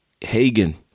Hagen